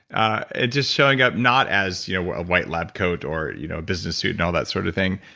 ah just showing up not as you know a white lab coat or you know a business suit and all that sort of thing.